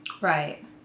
Right